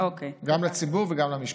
גם לציבור וגם למשפחה.